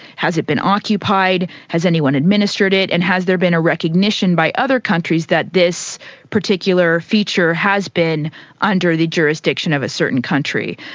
has it been occupied, has anyone administered it, and has there been a recognition by other countries that this particular feature has been under the jurisdiction of a certain country.